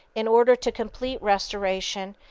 in order to complete restoration,